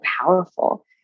powerful